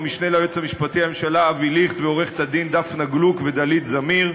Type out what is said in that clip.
המשנה ליועץ המשפטי לממשלה אבי ליכט ועורכות-הדין דפנה גלוק ודלית זמיר.